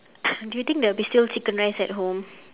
do you think there will be still chicken rice at home